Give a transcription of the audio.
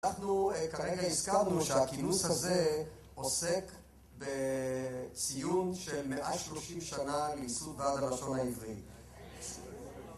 אנחנו כרגע הסכמנו שהכינוס הזה עוסק בציון של 130 שנה ליסוד ועד הלשון העברי.